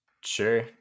Sure